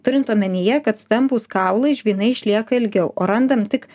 turint omenyje kad stambūs kaulai žvynai išlieka ilgiau o randam tik